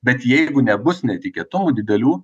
bet jeigu nebus netikėtumų didelių